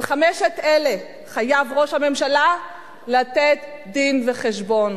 על חמשת אלה חייב ראש הממשלה לתת דין-וחשבון,